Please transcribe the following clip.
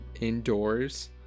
indoors